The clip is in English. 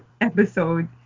episode